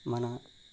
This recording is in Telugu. మనం